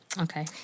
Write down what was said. Okay